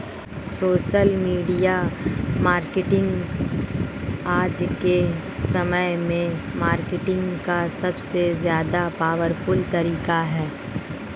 social media marketing आज के समय में मार्केटिंग का सबसे ज्यादा पॉवरफुल तरीका है